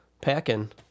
packing